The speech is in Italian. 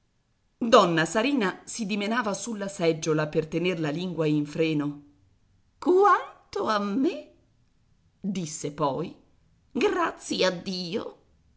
donna sarina si dimenava sulla seggiola per tener la lingua in freno quanto a me disse poi grazie a dio